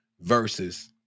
versus